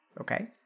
okay